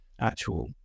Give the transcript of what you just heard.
actual